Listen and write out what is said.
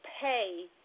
pay